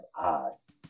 eyes